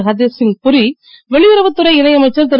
ஹர்தீப் சிங் புரி வெளியுறவுத் துறை இணை அமைச்சர் திரு